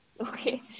Okay